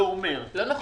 זה אומר --- לא נכון.